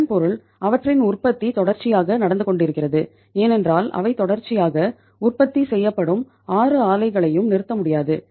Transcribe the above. இதன் பொருள் அவற்றின் உற்பத்தி தொடர்ச்சியாக நடந்து கொண்டிருக்கிறது ஏனென்றால் அவை தொடர்ச்சியாக உற்பத்தி செய்யப்படும் 6 ஆலைகளையும் நிறுத்த முடியாது